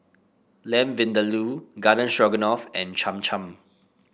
Lamb Vindaloo Garden Stroganoff and Cham Cham